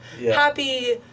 happy